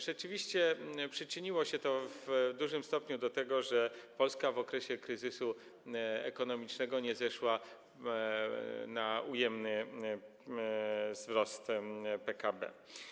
Rzeczywiście przyczyniło się to w dużym stopniu do tego, że Polska w okresie kryzysu ekonomicznego nie zeszła do poziomu ujemnego wzrostu PKB.